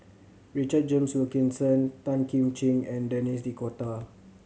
Richard James Wilkinson Tan Kim Ching and Denis D'Cotta